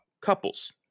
couples